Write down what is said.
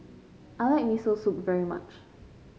I like Miso Soup very much